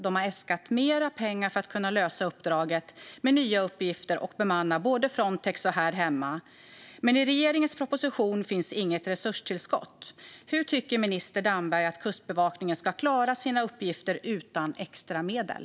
De har äskat mer pengar för att kunna lösa uppdraget med nya uppgifter och bemanna både inom Frontex och här hemma, men i regeringens proposition finns inget resurstillskott. Hur tycker minister Damberg att Kustbevakningen ska klara sina uppgifter utan extra medel?